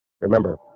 Remember